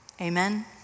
Amen